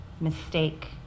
Mistake